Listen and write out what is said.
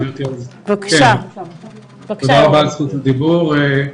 תודה רבה על זכות הדיבור.